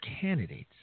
candidates